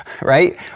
right